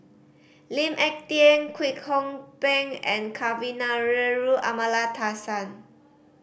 Lee Ek Tieng Kwek Hong Png and Kavignareru Amallathasan